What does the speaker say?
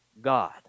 God